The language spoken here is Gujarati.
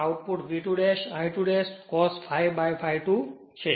આઉટપુટ V2 I2 cos ∅∅2 છે